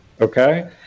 Okay